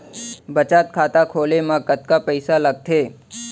बचत खाता खोले मा कतका पइसा लागथे?